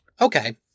Okay